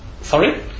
Sorry